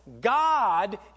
God